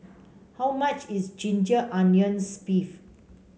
how much is Ginger Onions beef